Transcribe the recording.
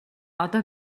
одоо